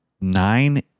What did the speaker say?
Nine